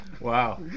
Wow